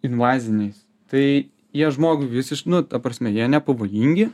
invaziniais tai jie žmogui visiš nu ta prasme jie nepavojingi